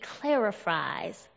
clarifies